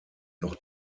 noch